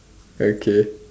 okay